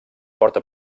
porta